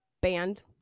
band